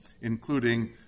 including